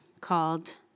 called